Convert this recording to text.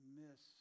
miss